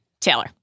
Taylor